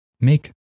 make